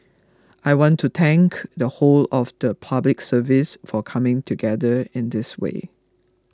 I want to thank the whole of the Public Service for coming together in this way